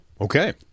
Okay